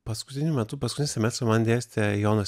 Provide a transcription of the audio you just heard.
paskutiniu metu paskutinį semestrą man dėstė jonas